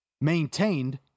maintained